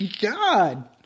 God